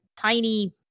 tiny